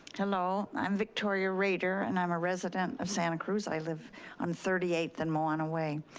hello, i'm victoria rater and i'm a resident of santa cruz. i live on thirty eighth and milano way.